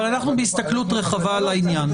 אבל אנחנו בהסתכלות רחבה על העניין.